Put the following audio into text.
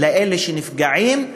לאלה שנפגעים,